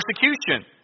persecution